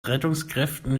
rettungskräften